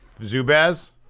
Zubaz